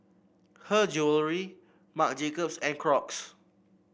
Her Jewellery Marc Jacobs and Crocs